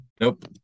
Nope